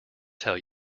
tell